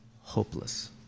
hopeless